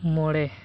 ᱢᱚᱬᱮ